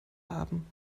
haben